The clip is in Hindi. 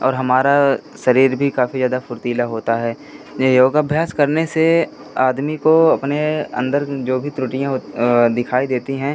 और हमारा शरीर भी काफ़ी जादा फ़ुर्तीला होता है ये योग अभ्यास करने से आदमी को अपने अंदर जो भी त्रुटियाँ दिखाई देती हैं